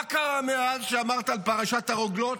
מה קרה מאז שאמרת על פרשת הרוגלות: